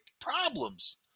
problems